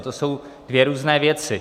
To jsou dvě různé věci.